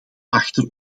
achter